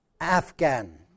Afghan